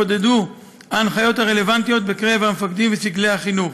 חודדו ההנחיות הרלוונטיות בקרב המפקדים וסגלי החינוך.